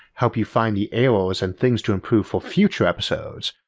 help you find the errors and things to improve for future episodes,